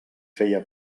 feia